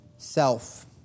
Self